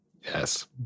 Yes